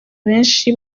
benshi